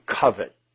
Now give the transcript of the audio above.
covet